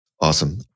Awesome